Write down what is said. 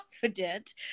confident